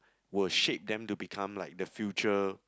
will shape them to become like the future